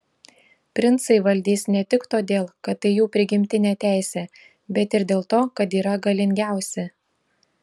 princai valdys ne tik todėl kad tai jų prigimtinė teisė bet ir dėl to kad yra galingiausi